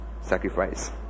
sacrifice